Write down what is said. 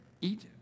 eat